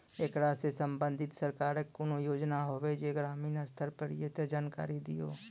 ऐकरा सऽ संबंधित सरकारक कूनू योजना होवे जे ग्रामीण स्तर पर ये तऽ जानकारी दियो?